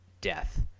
death